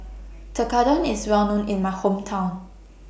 Tekkadon IS Well known in My Hometown